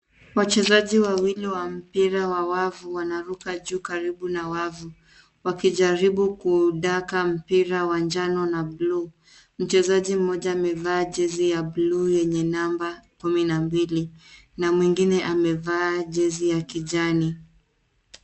Wachezaji wawili wa mpira wa wavu wanaruka juu karibu na wavu wakijaribu kuudaka mpira wa njano na bluu. Mchezaji mmoja amevaa jezi ya bluu yenye namba kumi na mbili, na mwingine amevaa jezi ya kijani.